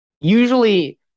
usually